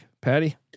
Patty